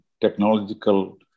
technological